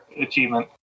achievement